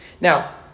Now